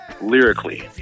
lyrically